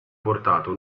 portato